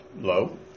Low